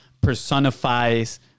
personifies